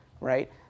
right